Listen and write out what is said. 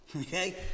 okay